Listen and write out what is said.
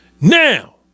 Now